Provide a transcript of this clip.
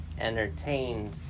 entertained